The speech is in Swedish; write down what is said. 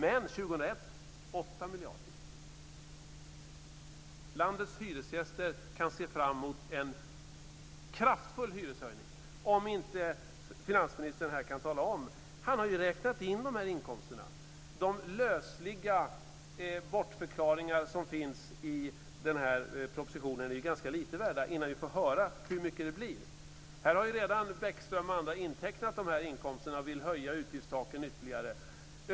Men 2001 är det 8 miljarder. Landets hyresgäster kan se fram emot en kraftig hyreshöjning. Finansministern har ju räknat in de här inkomsterna. Lars Bäckström och andra har redan intecknat de här inkomsterna och vill höja utgiftstaken ytterligare.